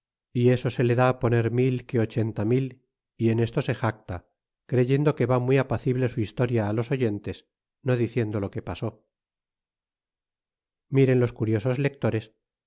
y eso se le da poner mil que ochenta mil y en esto se jacta creyendo que va muy apacible su historia á los oyentes no diciendo lo que pasó miren los curiosos lectores